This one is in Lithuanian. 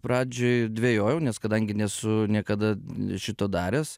pradžioj dvejojau nes kadangi nesu niekada šito daręs